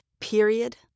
period